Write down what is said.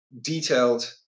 detailed